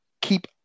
keep